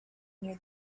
near